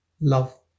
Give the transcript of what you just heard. love